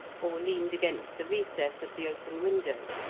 or leaned against the recess of the open window.